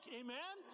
amen